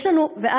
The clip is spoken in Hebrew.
את,